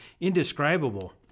indescribable